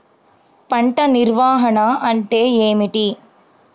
పంట నిర్వాహణ అంటే ఏమిటి?